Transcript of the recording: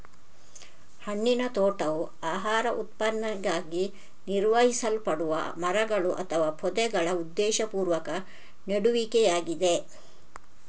ಹಣ್ಣಿನ ತೋಟವು ಆಹಾರ ಉತ್ಪಾದನೆಗಾಗಿ ನಿರ್ವಹಿಸಲ್ಪಡುವ ಮರಗಳು ಅಥವಾ ಪೊದೆಗಳ ಉದ್ದೇಶಪೂರ್ವಕ ನೆಡುವಿಕೆಯಾಗಿದೆ